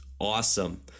awesome